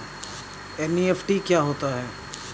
NEFT क्या होता है?